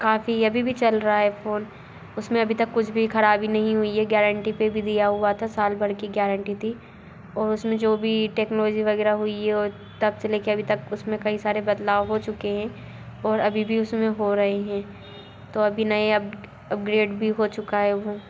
काफ़ी अभी भी चल रहा है फ़ोन उसमें अभी तक कुछ भी ख़राबी नहीं हुई है गारंटी पर भी दिया हुआ था साल भर की गारंटी थी और उसमें जो भी टेक्नोलॉजी वगैरह हुई है तब से लेकर अभी तक उसमें कई सारे बदलाव हो चुके हैं और अभी भी उसमें हो रहे हैं तो अभी नए अप अपग्रेड भी हो चुका है वह